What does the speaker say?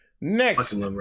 Next